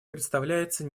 представляется